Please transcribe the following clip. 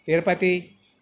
Tirupati